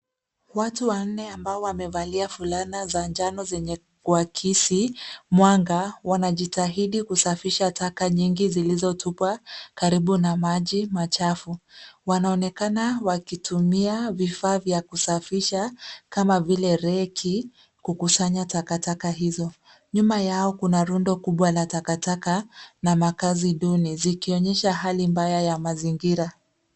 Watu wanne ambao wamevalia fulani za njano zenye kuakisi mwanga wanajitahidi kusafisha taka nyingi zilizotupwa karibu na maji machafu. Wanaonekana wakitumia vifaa vya kusafisha kama vile reki kukusanya takataka hizo. Nyuma yao kuna rundo kubwa la takataka na makazi duni zikionyesha hali mbaya ya mazingira.